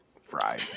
Fried